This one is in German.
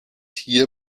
hier